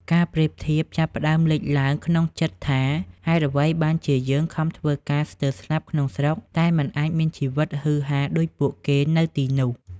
ការប្រៀបធៀបចាប់ផ្តើមលេចឡើងក្នុងចិត្តថា ហេតុអ្វីបានជាយើងខំធ្វើការស្ទើរស្លាប់ក្នុងស្រុក តែមិនអាចមានជីវិតហ៊ឺហាដូចពួកគេនៅទីនោះ?